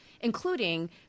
including